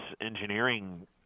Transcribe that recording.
engineering